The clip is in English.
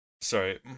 Sorry